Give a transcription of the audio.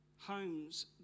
homes